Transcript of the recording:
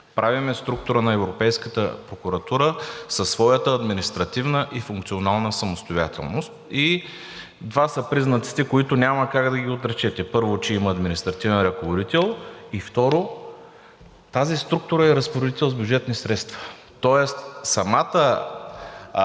правим структура на Европейската прокуратура със своята административна и функционална самостоятелност и два са признаците, които няма как да ги отречете. Първо, че има административен ръководител и второ, тази структура е разпоредител с бюджетни средства, тоест самото